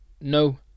no